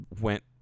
went